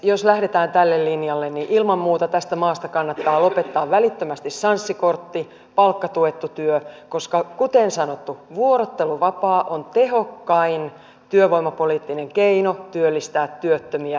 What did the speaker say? jos lähdetään tälle linjalle niin ilman muuta tästä maasta kannattaa lopettaa välittömästi sanssi kortti palkkatuettu työ koska kuten sanottu vuorotteluvapaa on tehokkain työvoimapoliittinen keino työllistää työttömiä